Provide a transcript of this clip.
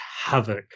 havoc